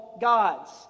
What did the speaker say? gods